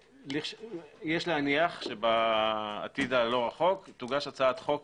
יש להניח, שבעתיד הלא רחוק תוגש הצעת חוק